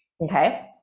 Okay